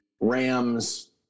Rams